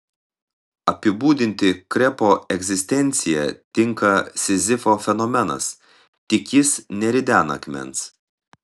apibūdinti krepo egzistenciją tinka sizifo fenomenas tik jis neridena akmens